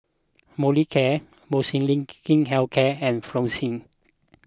Molicare Molnylcke Health Care and Floxia